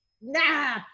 Nah